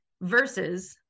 versus